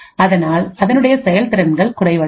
அதனால் அதனுடைய செயல் திறன்கள் குறைவடையும்